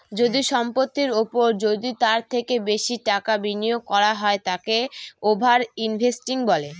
যদি সম্পত্তির ওপর যদি তার থেকে বেশি টাকা বিনিয়োগ করা হয় তাকে ওভার ইনভেস্টিং বলে